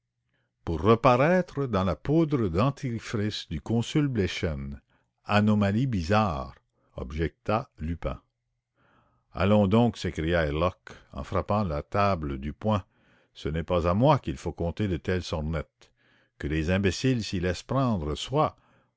pour reparaître dans la poudre dentifrice du conseiller bleichen anomalie bizarre objecta lupin allons donc s'écria herlock en frappant la table du poing ce n'est pas à moi qu'il faut conter de telles sornettes que les imbéciles s'y laissent prendre soit